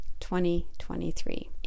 2023